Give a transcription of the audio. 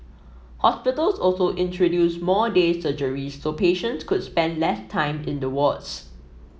hospitals also introduced more day surgeries so patient could spend less time in the wards